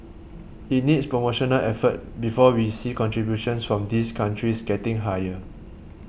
it needs promotional effort before we see contributions from these countries getting higher